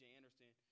Anderson